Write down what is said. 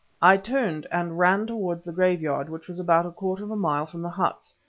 i turned and ran towards the graveyard, which was about a quarter of a mile from the huts.